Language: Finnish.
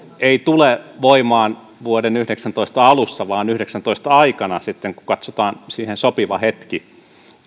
ei tule voimaan vuoden yhdeksäntoista alussa vaan yhdeksänätoista aikana sitten kun katsotaan siihen sopiva hetki